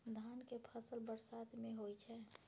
धान के फसल बरसात में होय छै?